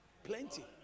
Plenty